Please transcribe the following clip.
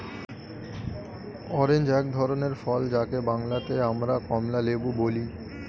orange এক ধরনের ফল যাকে বাংলাতে আমরা কমলালেবু বলি